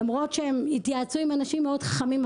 למרות שהם התייעצו עם אנשים מאוד חכמים,